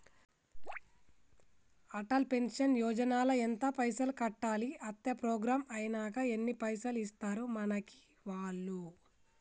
Atal pension Yojana ల ఎంత పైసల్ కట్టాలి? అత్తే ప్రోగ్రాం ఐనాక ఎన్ని పైసల్ ఇస్తరు మనకి వాళ్లు?